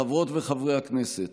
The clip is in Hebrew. חברות וחברי הכנסת,